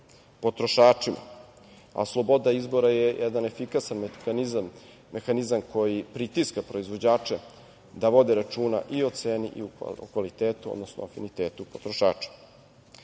potrošačima, a sloboda izbora je jedan efikasan mehanizam koji pritiska proizvođače da vode računa i o ceni, i o kvalitetu, odnosno afinitetu potrošača. Iz